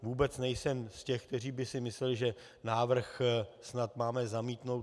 Vůbec nejsem z těch, kteří by si mysleli, že návrh snad máme zamítnout.